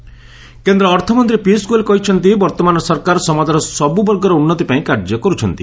ଗୋଏଲ୍ ଏୟାର ଇକ୍ଟରଭିଉ କେନ୍ଦ୍ର ଅର୍ଥମନ୍ତ୍ରୀ ପିୟୁଷ ଗୋଏଲ୍ କହିଛନ୍ତି ବର୍ତ୍ତମାନର ସରକାର ସମାଜର ସବୁ ବର୍ଗର ଉନ୍ନତି ପାଇଁ କାର୍ଯ୍ୟ କରୁଛନ୍ତି